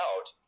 out